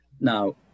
now